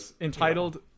entitled